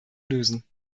lösen